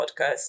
podcast